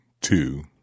two